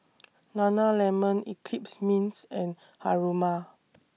Nana Lemon Eclipse Mints and Haruma